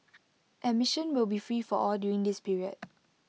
admission will be free for all during this period